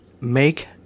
make